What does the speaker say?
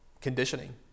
conditioning